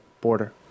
border